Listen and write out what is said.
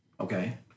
Okay